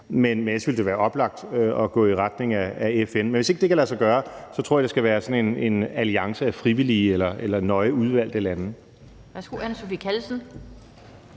jeg synes, det vil være oplagt at gå i retning af FN. Men hvis ikke det kan lade sig gøre, tror jeg, det skal være sådan en alliance af frivillige eller nøje udvalgte lande.